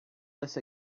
this